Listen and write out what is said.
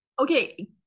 Okay